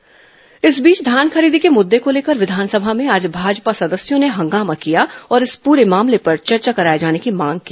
विस बहिर्गमन इस बीच धान खरीदी के मुद्दे को लेकर विधानसभा में आज भाजपा सदस्यों ने हंगामा किया और इस पूरे मामले पर चर्चा कराए जाने की मांग की